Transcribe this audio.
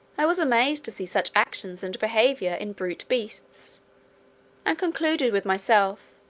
i was amazed to see such actions and behaviour in brute beasts and concluded with myself,